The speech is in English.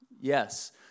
yes